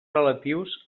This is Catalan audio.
relatius